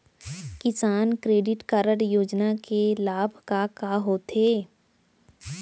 किसान credit card योजना के लाभ का का होथे?